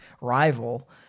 rival